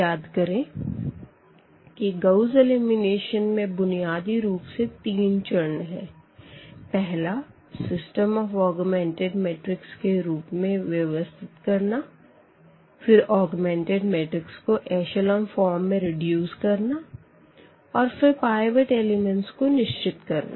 याद करें कि गाउस एलिमिनेशन में बुनियादी रूप से तीन चरण है पहला सिस्टम को ऑग्मेंटेड मैट्रिक्स के रूप में व्यवस्थित करना फिर ऑग्मेंटेड मैट्रिक्स को एशलों फ़ॉर्म में रेड्यूस करना और फिर पाइवट एलिमेंट्स को निश्चित करना